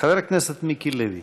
חבר הכנסת מיקי לוי